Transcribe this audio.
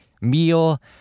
meal